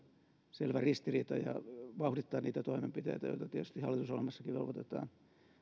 selvä ristiriita ja vauhditetaan niitä toimenpiteitä joita tietysti hallitusohjelmassakin velvoitetaan